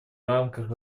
рамках